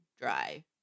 dry